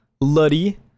Luddy